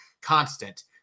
constant